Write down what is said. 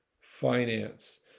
finance